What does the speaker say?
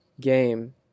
game